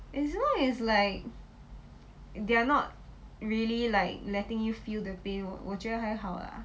as long as like they are not really like letting you feel the pain 我我觉得还好啦